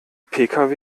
pkw